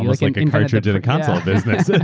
almost like a car trip to the consulate business.